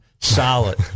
solid